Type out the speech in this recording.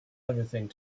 everything